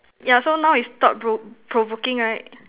yeah so now is thought pro~ provoking right